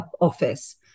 office